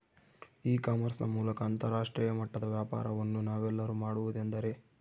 E commerce ನ ಮೂಲಕ ಅಂತರಾಷ್ಟ್ರೇಯ ಮಟ್ಟದ ವ್ಯಾಪಾರವನ್ನು ನಾವೆಲ್ಲರೂ ಮಾಡುವುದೆಂದರೆ?